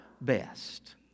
best